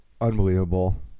unbelievable